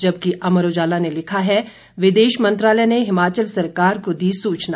जबकि अमर उजाला ने लिखा है विदेश मंत्रालय ने हिमाचल सरकार को दी सूचना